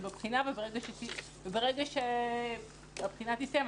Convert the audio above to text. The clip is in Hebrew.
זה בבחינה וברגע שהבחינה תסתיים,